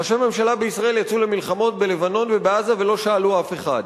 ראשי ממשלה בישראל יצאו למלחמות בלבנון ובעזה ולא שאלו אף אחד.